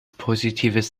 positives